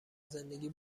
زندگی